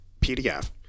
PDF